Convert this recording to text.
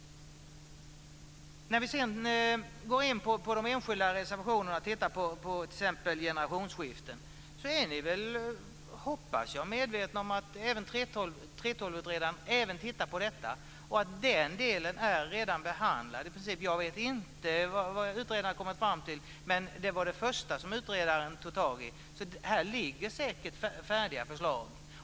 När vi sedan går in på de enskilda reservationerna och tittar på t.ex. generationsskiften hoppas jag att ni är medvetna om att 3:12-utredaren även tittar närmare på detta och att den delen i princip redan är behandlad. Jag vet inte vad utredaren kom fram till, men detta var det första som utredaren tog tag i. Här ligger säkert färdiga förslag.